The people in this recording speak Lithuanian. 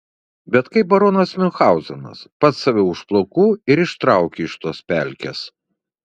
bet kaip baronas miunchauzenas pats save už plaukų ir ištrauki iš tos pelkės